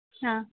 ಹಾಂ